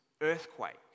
earthquake